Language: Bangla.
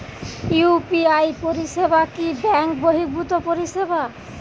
ইউ.পি.আই পরিসেবা কি ব্যাঙ্ক বর্হিভুত পরিসেবা?